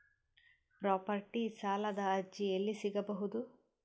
Property ಸಾಲದ ಅರ್ಜಿ ಎಲ್ಲಿ ಸಿಗಬಹುದು?